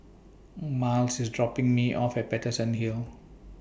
Myles IS dropping Me off At Paterson Hill